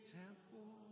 temple